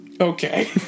Okay